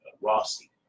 Rossi